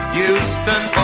Houston